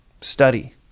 study